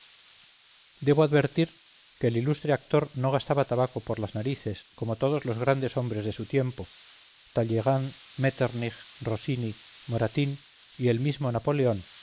debo advertir que el ilustre actor no gastaba tabaco por las narices como todos los grandes hombres de su tiempo talleyrand metternich rossini moratín y el mismo napoleón